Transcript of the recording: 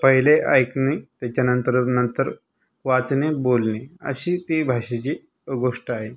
पहिले ऐकणे त्याच्यानंतर न नंतर वाचणे बोलणे अशी ती भाषेची गोष्ट आहे